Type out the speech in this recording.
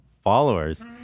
followers